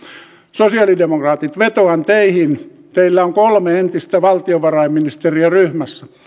sosialidemokraatit vetoan teihin teillä on kolme entistä valtiovarainministeriä ryhmässänne